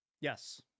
Yes